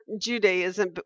judaism